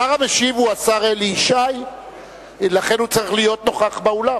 השר המשיב הוא השר אלי ישי ולכן הוא צריך להיות נוכח באולם.